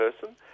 person